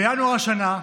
בינואר השנה,